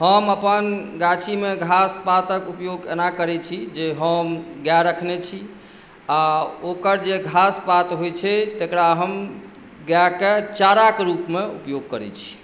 हम अपन गाछीमे घास पातक उपयोग एना करैत छी जे हम गाए रखने छी आ ओकर जे घास पात होइत छै तकरा हम गाएके चाराके रूपमे उपयोग करैत छी